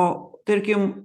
o tarkim